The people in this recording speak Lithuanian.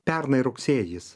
pernai rugsėjis